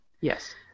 Yes